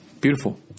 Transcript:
beautiful